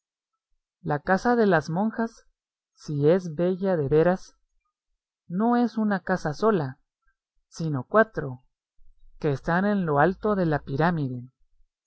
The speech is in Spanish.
la casa de las monjas sí es bella de veras no es una casa sola sino cuatro que están en lo alto de la pirámide